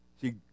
See